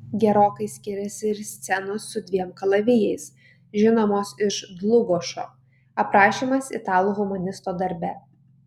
gerokai skiriasi ir scenos su dviem kalavijais žinomos iš dlugošo aprašymas italų humanisto darbe